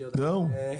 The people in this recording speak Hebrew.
ואתה עוזב.